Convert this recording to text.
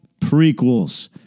prequels